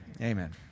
amen